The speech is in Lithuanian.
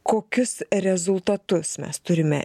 kokius rezultatus mes turime